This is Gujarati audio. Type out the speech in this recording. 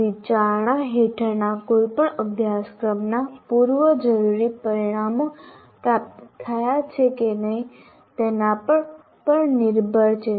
તે વિચારણા હેઠળના કોઈપણ અભ્યાસક્રમના પૂર્વજરૂરી પરિણામો પ્રાપ્ત થયા છે કે નહીં તેના પર પણ નિર્ભર છે